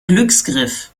glücksgriff